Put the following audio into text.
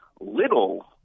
little